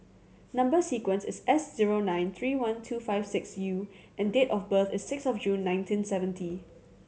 number sequence is S zero nine three one two five six U and date of birth is six of June nineteen seventy